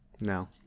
No